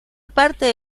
parte